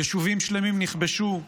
יישובים שלמים נכבשו,